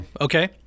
Okay